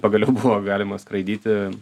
pagaliau buvo galima skraidyti